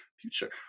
future